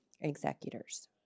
executors